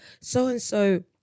so-and-so